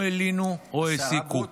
או הלינו או העסיקו.